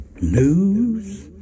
News